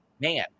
man